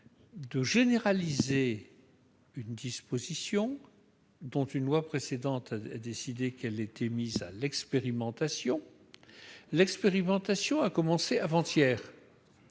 de généraliser une disposition dont une loi précédente a décidé qu'elle ferait l'objet d'une expérimentation ! L'expérimentation a commencé avant-hier